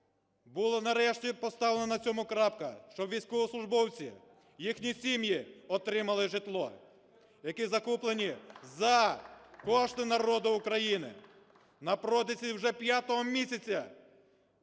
була, нарешті, поставлена на цьому крапка, щоб військовослужбовці, їхні сім'ї отримали житло, які закуплені за кошти народу України. Протягом вже п'ятого місяця,